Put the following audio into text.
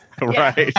Right